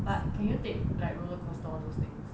but can you take like roller coaster all those things